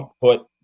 put